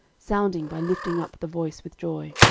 sounding, by lifting up the voice with joy.